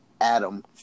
Adam